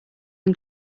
him